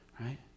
right